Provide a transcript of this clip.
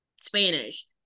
spanish